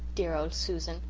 dear old susan!